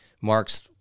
Marks